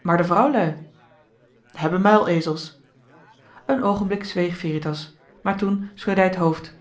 maar de vrouwlui hebben muilezels een oogenblik zweeg veritas maar toen schudde hij het hoofd